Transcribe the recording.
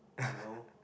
no